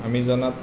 আমি জনাত